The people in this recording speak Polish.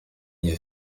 nie